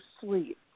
sleep